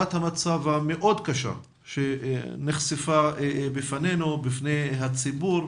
תמונת המצב הקשה שנחשפה בפנינו ובפני הציבור,